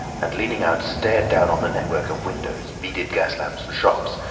and leaning out stared down on the network of windows, beaded gas-lamps and shops,